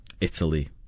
Italy